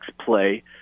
play –